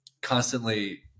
constantly